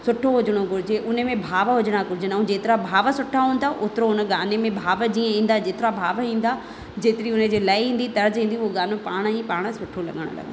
सुठो हुजणो घुर्जे उन में भाव हुजणा गुजणा जेतिरा भाव सुठा हूंदा ओतिरो उन गाने में भाव जीअं ईंदा जेतिरा भाव ईंदा जेतिरी उन जी लय ईंदी तर्ज ईंदी उहो गानो पाण ई पाण सुठी लॻण लॻंदो आहे